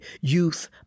youth